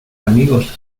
amigos